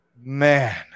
Man